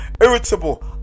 irritable